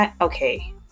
Okay